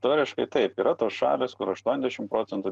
teoriškai taip yra tos šalys kur aštuoniasdešim procentų